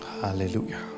Hallelujah